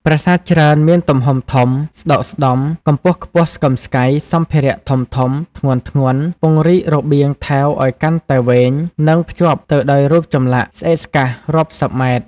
ប្រាសាទច្រើនមានទំហំធំ ស្តុកស្តម្ភ កម្ពស់ខ្ពស់ស្កឹមស្កៃ សម្ភារៈធំៗ ធ្ងន់ៗ ពង្រីករបៀងថែវឱ្យកាន់តែវែង និង ភ្ជាប់ទៅដោយរូបចម្លាក់ស្អេកស្កះរាប់សីប ម៉ែត្រ។